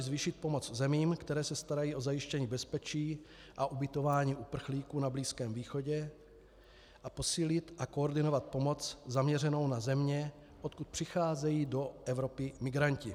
Zvýšit pomoc zemím, které se starají o zajištění bezpečí a ubytování uprchlíků na Blízkém východě, a posílit a koordinovat pomoc zaměřenou na země, odkud přicházejí do Evropy migranti.